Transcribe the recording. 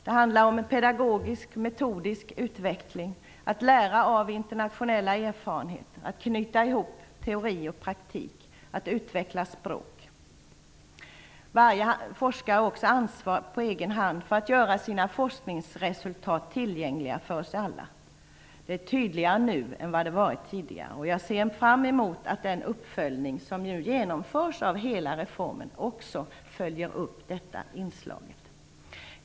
Det handlar om pedagogisk-metodisk utveckling, att lära av internationella erfarenheter, att knyta ihop teori och praktik och att utveckla språket. Varje forskare har också eget ansvar för att göra sina forskningsresultat tillgängliga för oss alla. Detta är nu tydligare än det tidigare har varit, och jag ser fram emot att den uppföljning som nu genomförs av reformen också skall omfatta detta inslag i reformen.